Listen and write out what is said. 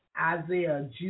Isaiah